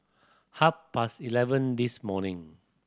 half past eleven this morning